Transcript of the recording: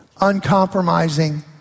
uncompromising